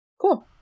Cool